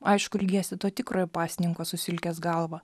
aišku ilgiesi to tikrojo pasninko su silkės galva